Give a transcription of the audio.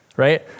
right